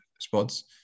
spots